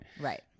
Right